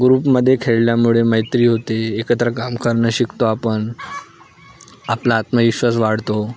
ग्रुपमध्ये खेळल्यामुळे मैत्री होते एकत्र काम करणं शिकतो आपण आपला आत्मविश्वास वाढतो